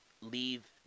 leave